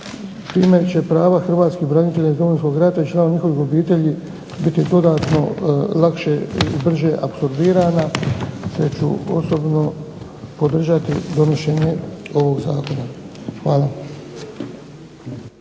time će prava hrvatskih branitelja iz Domovinskog rata i članova njihovih obitelji biti dodatno lakše i brže apsorbirana te ću osobno podržati donošenje ovog zakona. Hvala.